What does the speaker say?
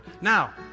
Now